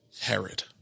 Herod